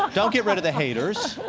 don't don't get rid of the haters.